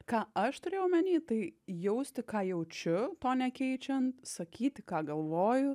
ką aš turiu omeny tai jausti ką jaučiu to nekeičiant sakyti ką galvoju